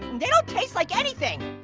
they don't taste like anything.